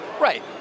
Right